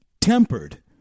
tempered